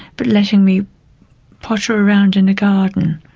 but letting me potter around in the garden,